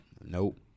Nope